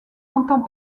entend